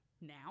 now